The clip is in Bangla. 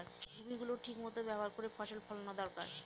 ভূমি গুলো ঠিক ভাবে ব্যবহার করে ফসল ফোলানো দরকার